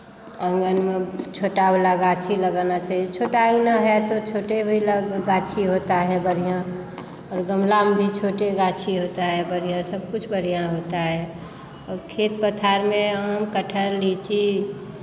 आंगन में छोटा वाला गाछी लगाना चाहिए छोटा अंगना है तो छोटे भी गाछी होता है बढ़ियाँ और गमला में भी छोटे गाछी होता है बढ़ियाँ सब कुछ बढ़ियाँ होता है और खेत पथार में आम कटहल लीची